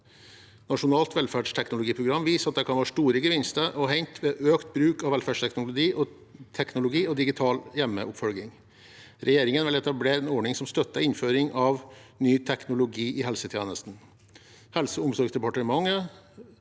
Nasjonalt velferdsteknologiprogram viser at det kan være store gevinster å hente ved økt bruk av velferdsteknologi og digital hjemmeoppfølging. Regjeringen vil etablere en ordning som støtter innføring av ny teknologi i helsetjenesten.